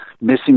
missing